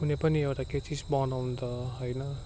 कुनै पनि एउटा केही चिज बनाउँदा होइन